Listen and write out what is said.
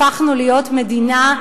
הפכנו להיות מדינה,